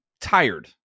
tired